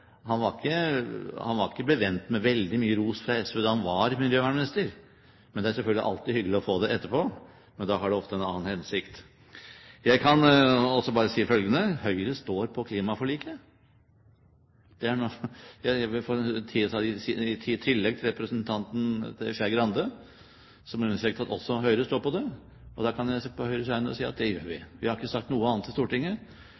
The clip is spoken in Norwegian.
Han var ikke bevendt med veldig mye ros fra SV da han var miljøvernminister. Det er selvfølgelig alltid hyggelig å få det etterpå, men da har det ofte en annen hensikt. Jeg kan også bare si følgende: Høyre står på klimaforliket. I tillegg til representanten Skei Grande, som understreket at også Høyre står på det, kan jeg på Høyres vegne si at det gjør